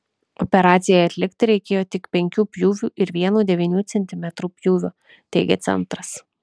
operacijai atlikti reikėjo tik penkių pjūvių ir vieno devynių centimetrų pjūvio teigia centras